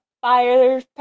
fire